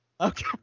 Okay